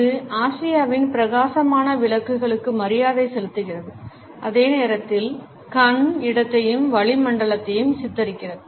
இது ஆசியாவின் பிரகாசமான விளக்குகளுக்கு மரியாதை செலுத்துகிறது அதே நேரத்தில் கண் இடத்தையும் வளிமண்டலத்தையும் சித்தரிக்கிறது